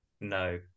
No